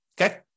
Okay